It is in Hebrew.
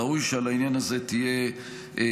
ראוי שעל העניין הזה תהיה בקרה,